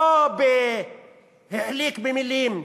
לא החליק במילים,